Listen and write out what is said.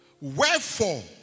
Wherefore